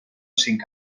cinc